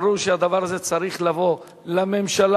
ברור שהדבר הזה צריך לבוא לממשלה.